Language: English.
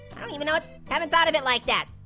haven't ah haven't thought of it like that.